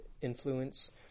influence